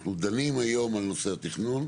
אנחנו דנים היום על נושא התכנון.